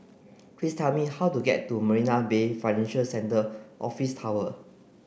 please tell me how to get to Marina Bay Financial Centre Office Tower